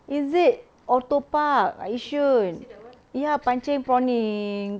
is it ORTO park yishun ya pancing prawning